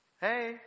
hey